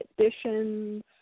Editions